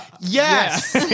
Yes